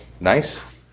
Nice